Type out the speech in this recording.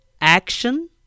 Action